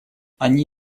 они